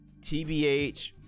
TBH